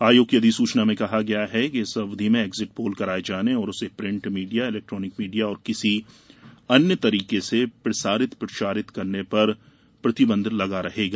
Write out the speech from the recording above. आयोग की अधिसूचना में कहा गया है कि इस अवधि में एग्जिट पोल कराए जाने और उसे प्रिंट मीडिया इलेक्ट्रॉनिक मीडिया और किसी अन्य तरीके से प्रसारित प्रचारित करने पर प्रतिबंध लगा रहेगा